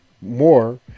more